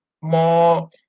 more